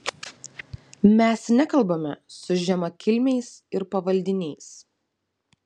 mes nekalbame su žemakilmiais ir pavaldiniais